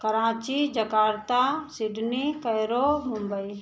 Karachi Jakarta Sydney Cairo Mumbai